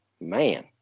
man